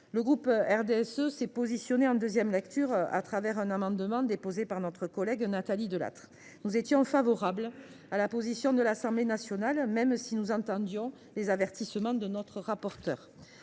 Le groupe RDSE a pris position en deuxième lecture, avec un amendement déposé par notre collègue Nathalie Delattre. Nous étions en accord avec l’Assemblée nationale, même si nous entendions les avertissements de notre rapporteure.